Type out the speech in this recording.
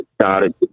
started